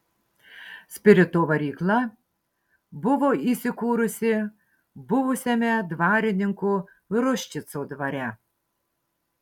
spirito varykla buvo įsikūrusi buvusiame dvarininko ruščico dvare